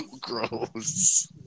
Gross